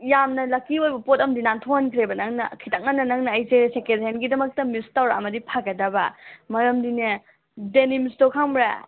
ꯌꯥꯝꯅ ꯂꯛꯀꯤ ꯑꯣꯏꯕ ꯄꯣꯠ ꯑꯃꯗꯤ ꯅꯥꯟꯊꯣꯛ ꯍꯟꯈ꯭ꯔꯦꯕ ꯅꯪꯅ ꯈꯤꯇꯪ ꯉꯟꯅ ꯅꯪꯅ ꯑꯩꯁꯦ ꯁꯦꯀꯦꯟ ꯍꯦꯟꯒꯤꯗꯃꯛꯇ ꯃꯤꯁ ꯇꯧꯔꯛꯑꯝꯃꯗꯤ ꯐꯒꯗꯕ ꯃꯔꯝꯗꯤꯅꯦ ꯗꯦꯅꯤꯝꯁꯇꯣ ꯈꯪꯕ꯭ꯔꯥ